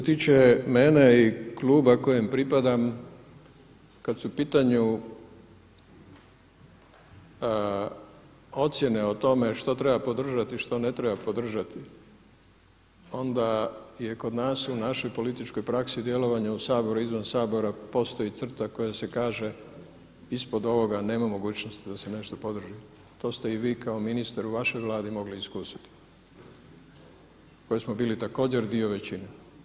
Kolega Maras, što se tiče mene i kluba kojem pripadam kada su u pitanju ocjene o tome što treba podržati, što ne treba podržati onda je kod nas u našoj političkoj praksi djelovanje u Saboru i izvan Sabora postoji crta koja se kaže, ispod ovoga nema mogućnosti da se nešto podrži, to ste i vi kao ministar u vašoj Vladi mogli iskusiti koji smo bili također dio većine.